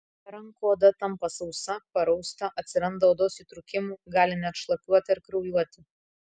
rankų oda tampa sausa parausta atsiranda odos įtrūkimų gali net šlapiuoti ar kraujuoti